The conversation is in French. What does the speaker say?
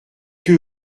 que